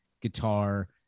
guitar